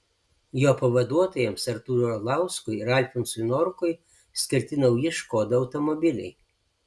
jo pavaduotojams artūrui orlauskui ir alfonsui norkui skirti nauji škoda automobiliai